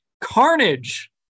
Carnage